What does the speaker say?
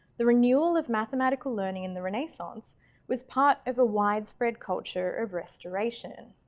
the renewal of mathematical learning in the renaissance was part of a widespread culture of restoration.